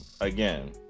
again